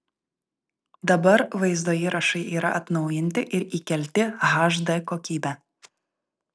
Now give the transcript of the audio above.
dabar vaizdo įrašai yra atnaujinti ir įkelti hd kokybe